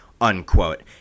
unquote